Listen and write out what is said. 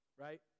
Right